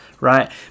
right